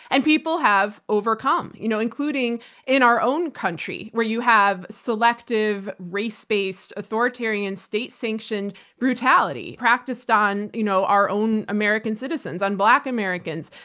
and people have overcome, you know in our own country where you have selective, race-based authoritarian state sanctioned brutality practiced on you know our own american citizens, on black americans.